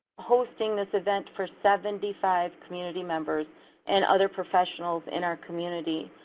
hosting this event for seventy five community members and other professionals in our community.